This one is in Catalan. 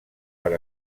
per